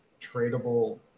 tradable